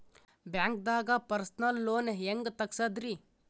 ಬ್ಯಾಂಕ್ದಾಗ personal loan ಹೆಂಗ್ ತಗ್ಸದ್ರಿ?